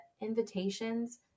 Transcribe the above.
invitations